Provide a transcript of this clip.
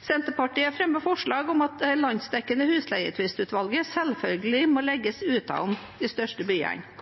Senterpartiet fremmer forslag om at det landsdekkende Husleietvistutvalget selvfølgelig må legges utenom de største byene.